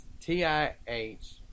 T-I-H